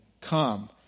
come